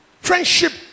Friendship